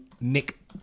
Nick